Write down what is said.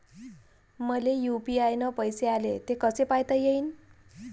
मले यू.पी.आय न पैसे आले, ते कसे पायता येईन?